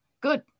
good